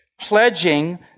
pledging